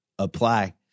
apply